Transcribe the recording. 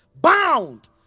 Bound